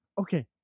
okay